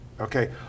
okay